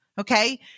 okay